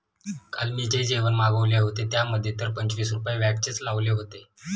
काल मी जे जेवण मागविले होते, त्यामध्ये तर पंचवीस रुपये व्हॅटचेच लावले होते